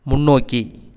முன்னோக்கி